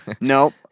Nope